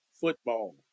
football